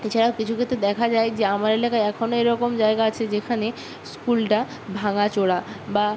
এছাড়াও কিছু ক্ষেত্রে দেখা যায় যে আমার এলাকায় এখনও এরকম জায়গা আছে যেখানে স্কুলটা ভাঙাচোরা বা